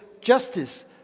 justice